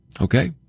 Okay